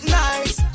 nice